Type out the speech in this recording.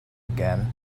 again